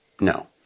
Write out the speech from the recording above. No